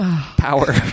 power